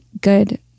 good